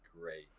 great